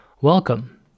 welcome